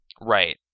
Right